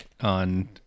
on